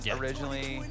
originally